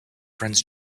friends